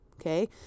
Okay